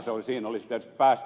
siihen olisi pitänyt päästä